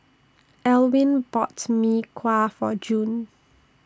Elwin bought Mee Kuah For June